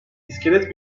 i̇skelet